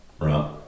Right